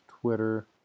Twitter